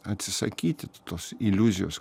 atsisakyti tos iliuzijos